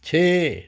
ਛੇ